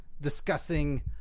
discussing